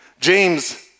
James